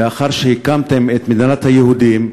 לאחר שהקמתם את מדינת היהודים,